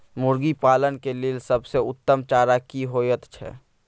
मुर्गी पालन के लेल सबसे उत्तम चारा की होयत छै?